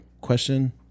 question